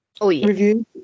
Review